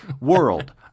world